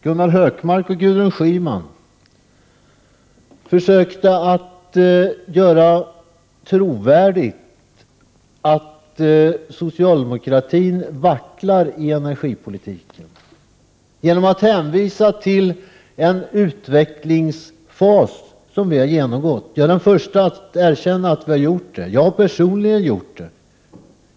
Gunnar Hökmark och Gudrun Schyman försökte genom att hänvisa till en utvecklingsfas som socialdemokratin har genomgått göra trovärdigt att socialdemokratin vacklar i energipolitiken. Jag är den förste att erkänna att vi inom socialdemokratin har genomgått denna fas. Jag har personligen också gjort det.